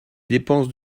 dépenses